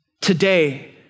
today